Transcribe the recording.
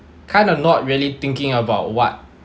kind of not really thinking about what